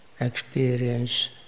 experience